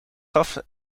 gaf